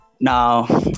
Now